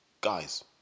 guys